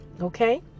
Okay